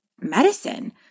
medicine